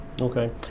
Okay